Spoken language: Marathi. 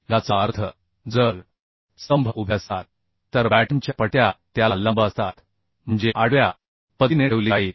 याचा अर्थ जर स्तंभ उभे असतात तर बॅटनच्या पट्ट्या त्याला लंब असतात म्हणजे आडव्या पध्तीने ठेवली जाईल